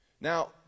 now